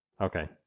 Okay